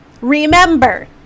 remember